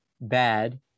bad